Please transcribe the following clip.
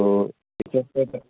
ত'